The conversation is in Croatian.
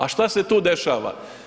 A šta se tu dešava?